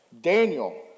Daniel